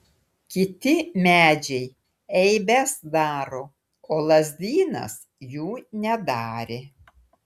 kiti medžiai eibes daro o lazdynas jų nedarė